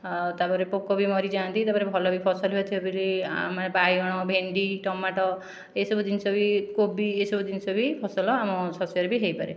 ଆଉ ତା'ପରେ ପୋକ ବି ମରିଯାଆନ୍ତି ତା'ପରେ ଭଲ ବି ଫସଲ ହୁଏ ଆମେ ବାଇଗଣ ଭେଣ୍ଡି ଟମାଟୋ ଏହିସବୁ ଜିନିଷ ବି କୋବି ଏହିସବୁ ଜିନିଷ ବି ଫସଲ ଆମ ଶସ୍ୟରେ ବି ହୋଇପାରେ